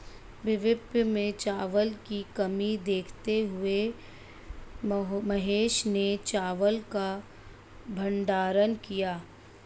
भविष्य में चावल की कमी देखते हुए महेश ने चावल का भंडारण किया